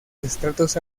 estratos